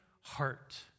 heart